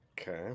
Okay